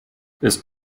ist